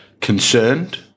concerned